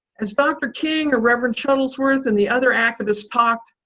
as dr. king, or reverend shuttlesworth, and the other activists talked,